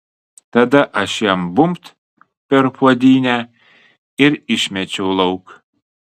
tada aš jam bumbt per puodynę ir išmečiau lauk